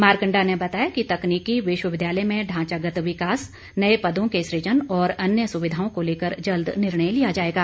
मारकंडा ने बताया कि तकनीकी विश्वविद्यालय में ढांचागत विकास नए पदों के सूजन और अन्य सुविधाओं को लेकर जल्द निर्णय लिया जाएगा